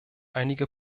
einige